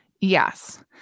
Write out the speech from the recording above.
Yes